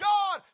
God